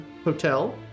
Hotel